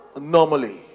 normally